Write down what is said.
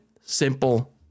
simple